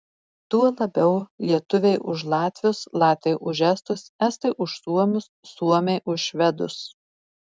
tuo labiau lietuviai už latvius latviai už estus estai už suomius suomiai už švedus